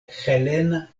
helena